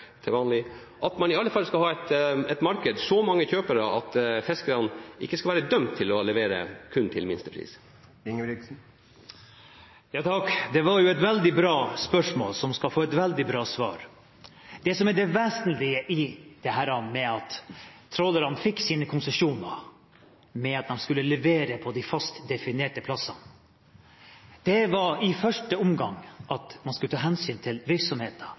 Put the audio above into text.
at man i alle fall skal ha et marked og så mange kjøpere at fiskerne ikke skal være dømt til kun å levere til minstepris? Det var et veldig bra spørsmål, som skal få et veldig bra svar. Det som er det vesentlige i dette med at trålerne fikk sine konsesjoner, at de skulle levere på de fast definerte plassene, var i første omgang at man skulle ta hensyn til